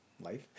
Life